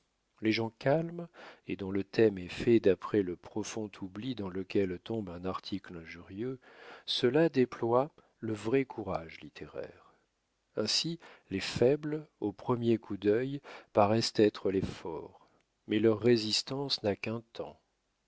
les gens calmes et dont le thème est fait d'après le profond oubli dans lequel tombe un article injurieux ceux-là déploient le vrai courage littéraire ainsi les faibles au premier coup d'œil paraissent être les forts mais leur résistance n'a qu'un temps